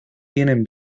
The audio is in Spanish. tienen